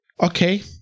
okay